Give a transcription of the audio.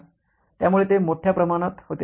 " त्यामुळे ते मोठ्या प्रमाणात होते